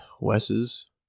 Wes's